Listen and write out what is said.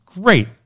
great